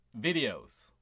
videos